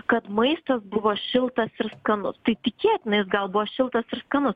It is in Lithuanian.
kad maistas buvo šiltas ir skanus tai tikėtinai jis gal buvo šiltas ir skanus